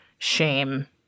shame